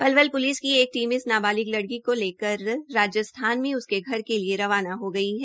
Palwal police की एक team इस नाबालिग लड़की को लेकर राजस्थान में उसके घर के लिए रवाना हो गई है